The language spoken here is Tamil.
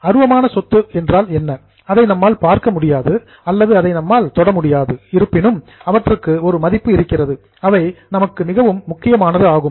அருவமான சொத்து என்னவென்றால் அதை நம்மால் பார்க்க முடியாது அல்லது அதை நம்மால் தொட முடியாது இருப்பினும் அவற்றுக்கு ஒரு மதிப்பு இருக்கிறது அவை நமக்கு மிகவும் முக்கியமானதாகும்